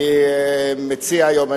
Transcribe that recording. אני מציע היום,